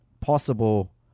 possible